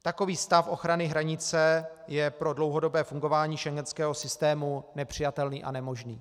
Takový stav ochrany hranice je pro dlouhodobé fungování schengenského systému nepřijatelný a nemožný.